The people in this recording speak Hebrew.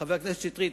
חבר הכנסת שטרית,